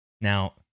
Now